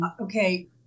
Okay